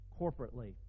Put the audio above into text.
corporately